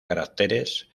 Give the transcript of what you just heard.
caracteres